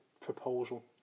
proposal